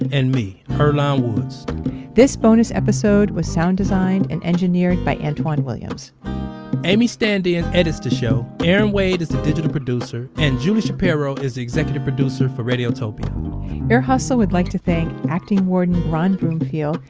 and and me, earlonne woods this bonus episode was sound designed and engineered by antwan williams amy standen and edits the show, erin wade is the digital producer, and judy shapiro is the executive producer for radiotopia ear hustle would like to thank acting warden ron broomfield.